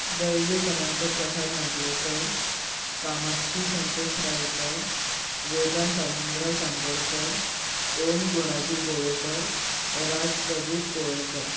दैवेक Anant Prasad Nagvenkar Kamakshi Santosh Raikar Vedant Anandrao Sangodkar Om Gunaji Govenkar Raj Pradeep Povalekar